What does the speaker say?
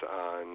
on